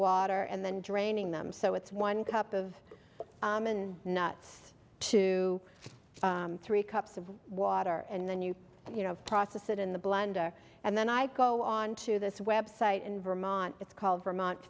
water and then draining them so it's one cup of nuts two three cups of water and then you you know process it in the blender and then i go on to this website in vermont it's called vermont